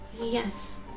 Yes